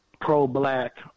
pro-black